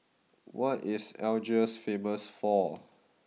what is Algiers famous for